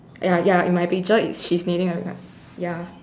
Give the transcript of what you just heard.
ya ya in my picture it she's knitting a ya